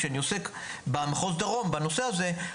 כשאני עוסק במחוז דרום בנושא הזה,